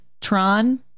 Tron